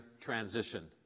transition